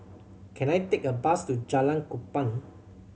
can I take a bus to Jalan Kupang